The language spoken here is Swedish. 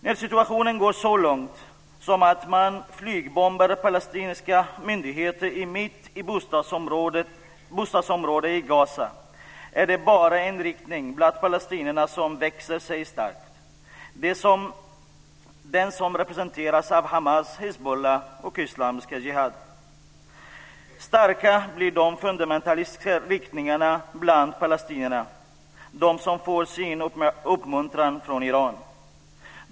När situationen går så långt som till att man flygbombar palestinska myndigheter mitt i ett bostadsområde i Gaza växer sig bara en riktning bland palestinierna stark - den som representeras av Hamas, Hizbollah och Islamiska Jihad. De fundamentalistiska riktningarna bland palestinierna blir starka - de som får sin uppmuntran från Iran.